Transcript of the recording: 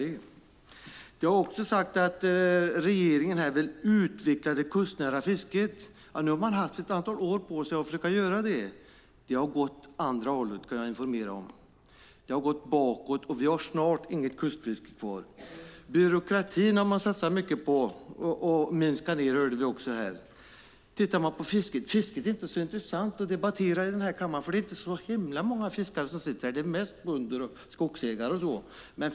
Det har också sagts att regeringen vill utveckla det kustnära fisket. Nu har man haft ett antal år på sig för att göra det. Jag kan informera att det gått åt andra hållet. Det har gått bakåt, och vi har snart inget kustfiske kvar. Byråkratin har man satsat mycket på att minska hörde vi här. Tittar vi på fisket ser vi att det inte är så intressant att debattera i den här kammaren, för det är inte så himla många fiskare som sitter här. Det är mest bönder och skogsägare.